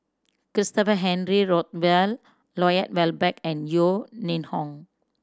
Christopher Henry Rothwell Lloyd Valberg and Yeo Ning Hong